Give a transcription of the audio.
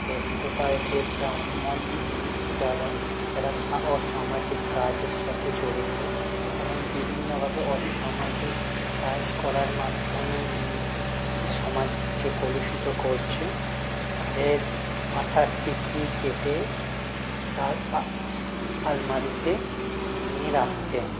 দেখতে পাই যে ব্রাহ্মণ যারা যারা অসামাজিক কাজের সাথে জড়িত এবং বিভিন্নভাবে অসামাজিক কাজ করার মাধ্যমে সমাজকে কলুষিত করছে তাদের মাথার টিকি কেটে তার আলমারিতে তিনি রাখতেন